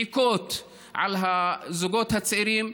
מעיקות על הזוגות הצעירים,